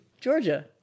Georgia